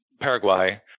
Paraguay